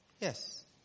Yes